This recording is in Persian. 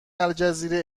الجزیره